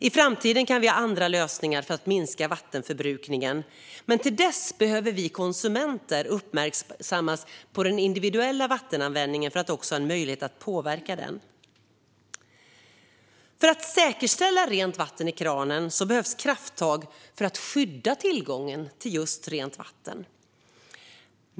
I framtiden kan vi ha andra lösningar för att minska vattenförbrukningen, men till dess behöver vi konsumenter uppmärksammas på den individuella vattenanvändningen för att också ha en möjlighet att påverka den. För att säkerställa rent vatten i kranen behövs krafttag för att skydda tillgången till rent vatten.